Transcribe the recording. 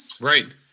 Right